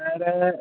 വേറെ